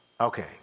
Okay